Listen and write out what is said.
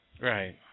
Right